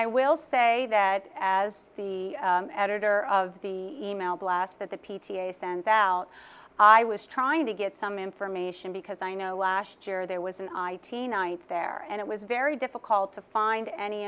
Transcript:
i will say that as the editor of the email blast that the p t a sends out i was trying to get some information because i know last year there was an i t night there and it was very difficult to find any